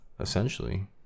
essentially